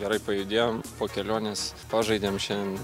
gerai pajudėjom po kelionės pažaidėm šiandien